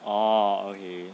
oh okay